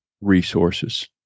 resources